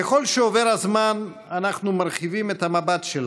ככל שעובר הזמן אנחנו מרחיבים את המבט שלנו: